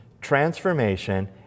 transformation